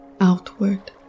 Outward